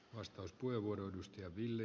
arvoisa puhemies